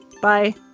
Bye